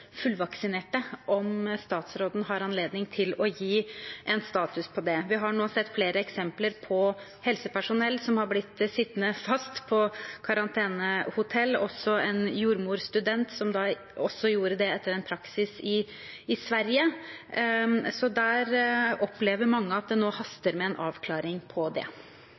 fullvaksinerte, og om statsråden har anledning til å gi en status når det gjelder det. Vi har nå sett flere eksempler på helsepersonell som har blitt sittende fast på karantenehotell, også en jordmorstudent, som gjorde det etter en praksis i Sverige. Mange opplever at det nå haster med en avklaring. Jeg er glad for spørsmålet. Det